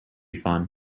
fun